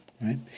right